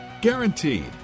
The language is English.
Guaranteed